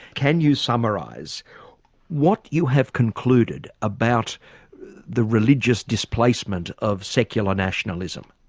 can you summarise what you have concluded about the religious displacement of secular nationalism?